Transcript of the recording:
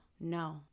No